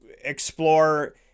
explore